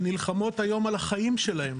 שנלחמות היום על החיים שלהן